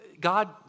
God